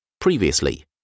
Previously